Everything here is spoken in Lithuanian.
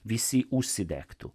visi užsidegtų